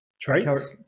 Traits